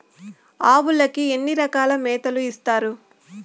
ఆవులకి ఎన్ని రకాల మేతలు ఇస్తారు?